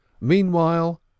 Meanwhile